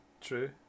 true